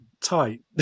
tight